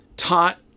taught